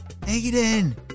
Aiden